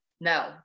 no